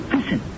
Listen